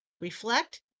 Reflect